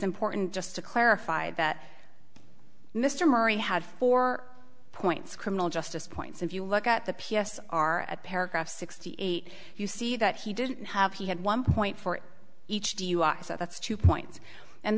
important just to clarify that mr murray had four points criminal justice points if you look at the p s are at paragraph sixty eight you see that he didn't have he had one point for each dui so that's two points and